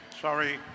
Sorry